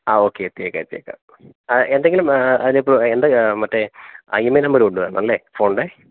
ആ ഓക്കെ എത്തിയേക്കാം എത്തിയേക്കാം ആ എന്തെങ്കിലും അതിനിപ്പോൾ എന്താ മറ്റേ ആ ഇമെയിൽ നമ്പര് കൊണ്ടുവരണം അല്ലെ ഫോണിൻ്റെ